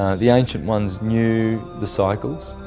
the ancient ones knew the cycles,